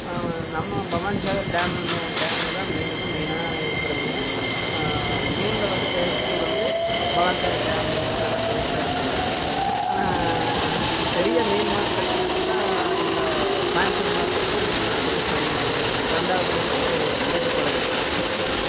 நம்ம பவானி சாகர் டேமுங்க டேமில்தான் மீனுங்க மெயினாக இருக்கிற மீன் மீனில் வந்து டேஸ்ட்டு வந்து பவானி சாகர் டேம் மீன்தான் நல்ல டேஸ்ட்டாக இருக்குங்க ஆனால் பெரிய மீன் மார்க்கெட்னு எடுத்துட்டால் இந்த கோயமுத்தூர் மார்க்கெட் தான் மீன் மார்க்கெட்டுன்னு பெரிய மார்க்கெட்டு ரெண்டாவது வந்து மேட்டுப்பாளையத்தில் இருக்கிறதுதாங்க